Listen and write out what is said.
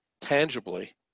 tangibly